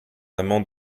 amant